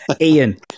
ian